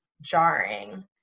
jarring